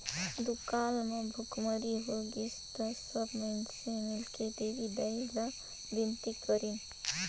दुकाल म भुखमरी होगिस त सब माइनसे मिलके देवी दाई ला बिनती करिन